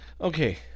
Okay